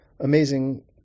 amazing